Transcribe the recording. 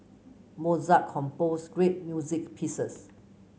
Mozart composed great music pieces